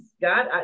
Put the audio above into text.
God